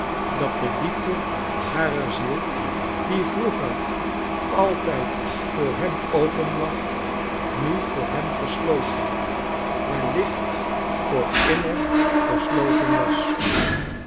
dat de diepte harer ziel die vroeger altijd voor hem open lag nu voor hem gesloten wellicht voor immer gesloten was